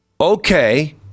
okay